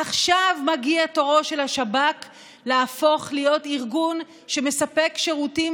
עכשיו מגיע תורו של השב"כ להפוך להיות ארגון שמספק שירותים